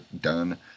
done